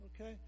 Okay